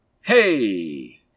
Hey